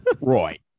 Right